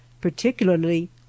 particularly